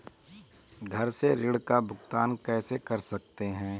घर से ऋण का भुगतान कैसे कर सकते हैं?